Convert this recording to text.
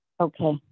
Okay